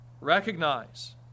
recognize